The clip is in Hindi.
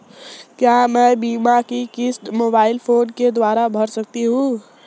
क्या मैं बीमा की किश्त मोबाइल फोन के द्वारा भर सकता हूं?